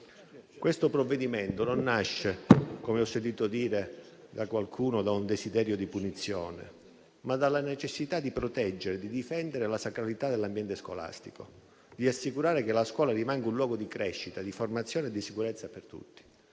Questo provvedimento non nasce, come ho sentito dire da qualcuno, da un desiderio di punizione, ma dalla necessità di proteggere e difendere la sacralità dell'ambiente scolastico, nonché di assicurare che la scuola rimanga un luogo di crescita, formazione e sicurezza per tutti.